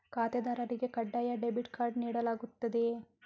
ಖಾತೆದಾರರಿಗೆ ಕಡ್ಡಾಯ debit card ನೀಡಲಾಗುತ್ತದೆಯೇ?